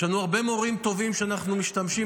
יש לנו הרבה מאוד מורים טובים שאנחנו משתמשים